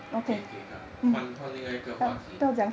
okay okay come 换换另外一个话题